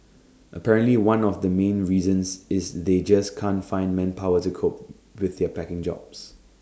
apparently one of the main reasons is they just can't find manpower to cope with their packing jobs